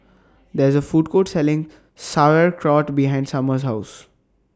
There IS A Food Court Selling Sauerkraut behind Summer's House